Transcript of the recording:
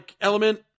element